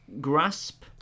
grasp